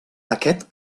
aquest